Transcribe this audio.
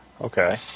okay